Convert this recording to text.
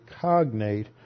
cognate